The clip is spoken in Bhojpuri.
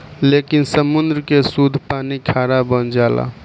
लेकिन समुंद्र के सुद्ध पानी खारा बन जाला